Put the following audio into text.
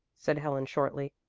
said helen shortly,